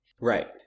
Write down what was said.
Right